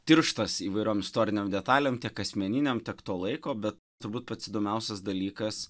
tirštas įvairiom istorinėm detalėm tiek asmeninėm tiek to laiko bet turbūt pats įdomiausias dalykas